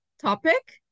topic